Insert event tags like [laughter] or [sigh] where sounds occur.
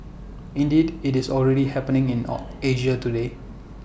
indeed IT is already happening in [unintelligible] Asia today